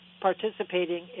participating